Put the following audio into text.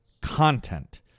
content